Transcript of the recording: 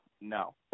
no